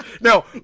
Now